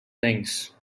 things